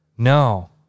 No